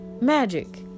magic